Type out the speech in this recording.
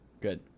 Good